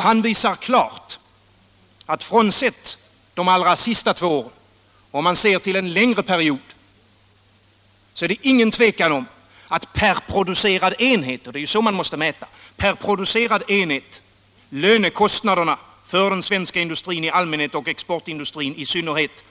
Han visar klart att — frånsett de allra senaste två åren — det är, om man ser till en längre period, inget tvivel om att per producerad enhet, och det är så man måste mäta, har lönekostnaderna för den svenska industrin i allmänhet och exportindustrin i synnerhet